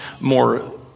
more